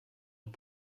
und